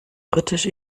britisch